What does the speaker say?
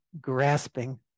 grasping